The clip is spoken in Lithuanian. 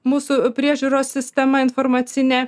mūsų priežiūros sistema informacinė